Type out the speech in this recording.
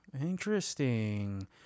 Interesting